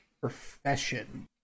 Profession